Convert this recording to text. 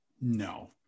No